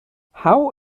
how